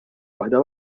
waħda